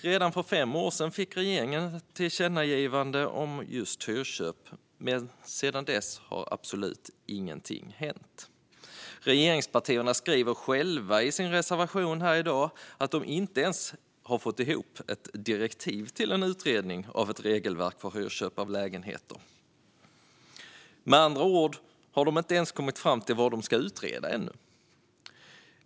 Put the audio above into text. Redan för fem år sedan fick regeringen ett tillkännagivande om just hyrköp, men sedan dess har absolut ingenting hänt. Regeringspartierna skriver själva i sin reservation att de inte har fått ihop ett direktiv till en utredning av ett regelverk för hyrköp av lägenheter. Med andra ord har de inte ens kommit fram till vad de ska utreda ännu.